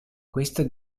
questa